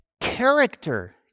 character